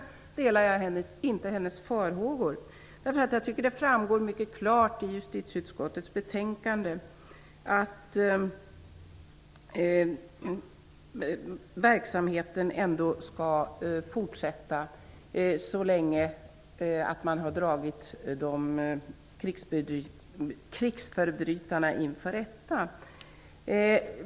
I det avseendet delar jag inte hennes farhågor. Jag tycker att det framgår mycket klart av justitieutskottets betänkande att verksamheten skall fortsätta tills man har dragit krigsförbrytarna inför rätta.